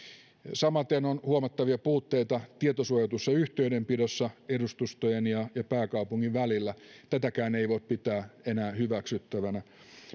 samaten on huomattavia puutteita tietosuojatussa yhteydenpidossa edustustojen ja ja pääkaupungin välillä tätäkään ei voi pitää enää hyväksyttävänä